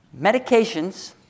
medications